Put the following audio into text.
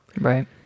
Right